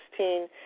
2016